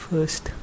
First